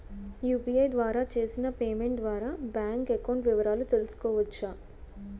UPI ద్వారా చేసిన payment ద్వారా బ్యాంక్ అకౌంట్ వివరాలు తెలుసుకోవచ్చ?